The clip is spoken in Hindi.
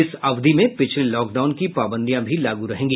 इस अवधि में पिछले लॉकडाउन की पाबंदियां भी लागू रहेंगी